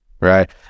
right